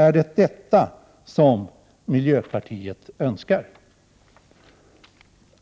Är det detta som miljöpartiet önskar?